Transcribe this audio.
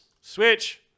Switch